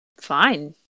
fine